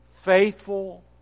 Faithful